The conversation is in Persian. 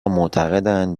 معتقدند